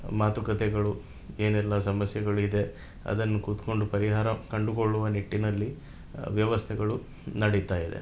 ಮಾತುಕತೆಗಳು ಏನೆಲ್ಲಾ ಸಮಸ್ಯೆಗಳು ಇದೆ ಅದನ್ನು ಕೂತುಕೊಂಡು ಪರಿಹಾರ ಕಂಡುಕೊಳ್ಳುವ ನಿಟ್ಟಿನಲ್ಲಿ ವ್ಯವಸ್ಥೆಗಳು ನಡಿತಾಯಿದೆ